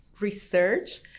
research